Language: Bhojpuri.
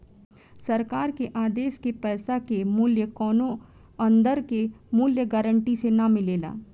सरकार के आदेश के पैसा के मूल्य कौनो अंदर के मूल्य गारंटी से ना मिलेला